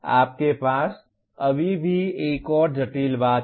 आपके पास अभी भी एक और जटिल बात है